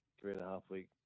three-and-a-half-week